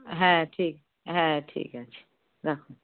হ্যাঁ ঠিক হ্যাঁ ঠিক আছে রাখুন